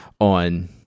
on